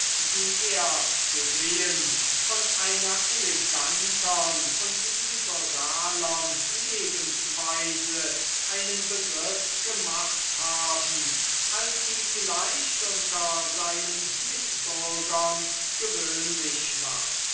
die er gesehen von einer elegantern und liberalern lebensweise einen begriff gemacht haben als sie vielleicht unter seinen mitbürgern gewöhnlich war